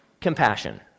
compassion